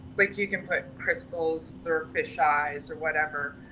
like, you can put crystals or fish eyes or whatever.